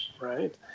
right